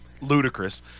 ludicrous